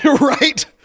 Right